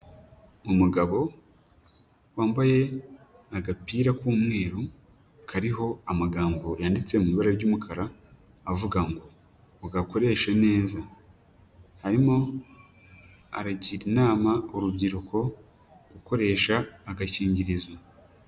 Umugabo wambaye agapira k'umweru kariho amagambo yanditse mu ibara ry'umukara, avuga ngo ugakoreshe neza, arimo aragira inama urubyiruko gukoresha agakingirizo.